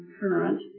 current